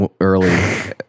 early